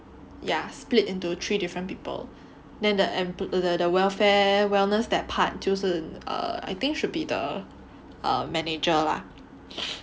ya split into three different people then the and then the welfare wellness that part 就是 err I think should be the err manager lah